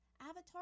avatar